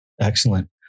Excellent